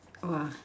!wah!